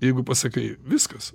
jeigu pasakai viskas